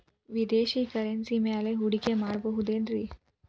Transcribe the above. ವಿದೇಶಿ ಕರೆನ್ಸಿ ಮ್ಯಾಲೆ ಹೂಡಿಕೆ ಮಾಡಬಹುದೇನ್ರಿ?